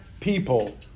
people